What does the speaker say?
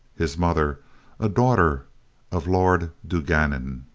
his mother a daughter of lord dungannon.